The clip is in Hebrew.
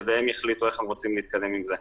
והם יחליטו איך הם רוצים להתקדם עם זה.